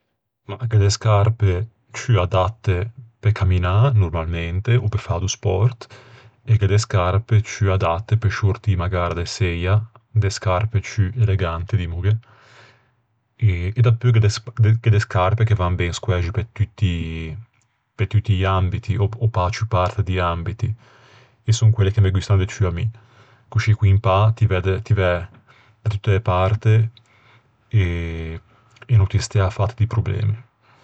Gh'é de scarpe ciù adatte pe camminâ normalmente, ò pe fâ do spòrt, e gh'é de scarpe ciù adatte pe sciortî magara de seia. De scarpe ciù elegante, dimmoghe. E dapeu gh'é de scarpe che van ben squæxi pe tutti-pe tutti i ambiti, ò pe-a ciù parte di ambiti. Coscì con un pâ ti væ-ti væ da tutte e parte e no ti stæ à fâte di problemi.